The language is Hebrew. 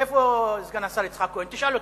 איפה סגן השר יצחק כהן, תשאל אותו.